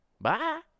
Bye